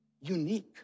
unique